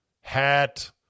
hat